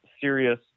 serious